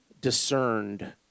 discerned